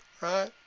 Right